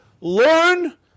learn